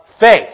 faith